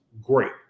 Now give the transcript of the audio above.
great